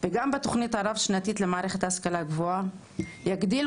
וגם בתוכנית הרב-שנתית למערכת ההשכלה הגבוהה יגדילו